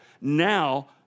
now